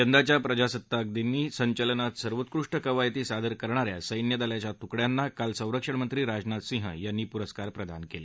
यंदाच्या प्रजासत्ताक दिन संचलनात सर्वोत्कृष्ट कवायती सादर करणा या सैन्य दलांच्या तुकड्यांना काल संरक्षणमंत्री राजनाथ सिंह यांनी पुरस्कार प्रदान केले